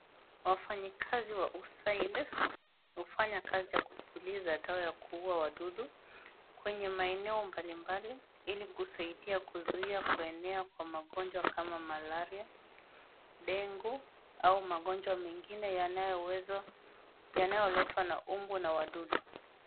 wafanyikazi wa USAID hufanya kazi ya kupuliza dawa ya kuua wadudu, kwenye maeneo mbali mbali ili kuzuia kuenea kwa magonjwa kama malaria, dengu au magonjwa ambayo yanayo weza yanayoletwa na mbuu na wadudu.